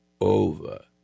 over